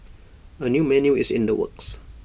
A new menu is in the works